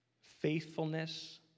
faithfulness